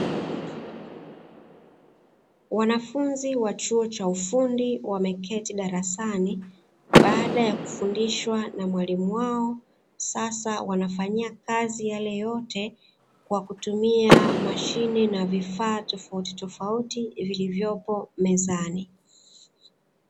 Wanafunzi wa chuo cha ufundi wameketi darasani baada ya kufundishwa na mwalimu wao, sasa wanafanyia kazi yale yote kwa kutumia mashine na vifaa tofauti tofauti vilivyopo mezani.